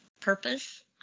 purpose